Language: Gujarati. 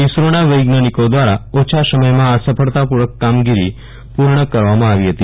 ઈસરોના વૈજ્ઞાનિકી દ્વારા ઓછા સમથમાં આ સફળતા પૂર્વકની કામગીરી પૂર્ણ કરવામાં આવી હતી